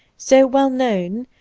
so well known,